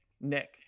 Nick